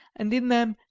and in them,